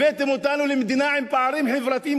הבאתם אותנו למדינה עם פערים חברתיים